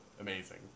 Amazing